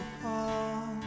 apart